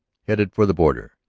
headed for the border.